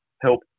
help